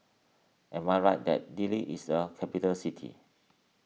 am I right that Dili is a capital city